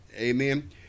amen